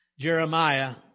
Jeremiah